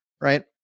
right